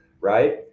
right